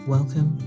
Welcome